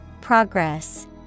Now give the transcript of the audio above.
Progress